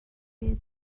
فیزیک